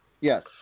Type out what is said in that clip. Yes